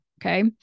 okay